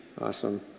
Awesome